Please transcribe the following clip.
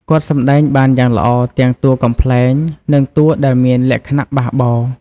គាត់សម្ដែងបានយ៉ាងល្អទាំងតួកំប្លែងនិងតួដែលមានលក្ខណៈបះបោរ។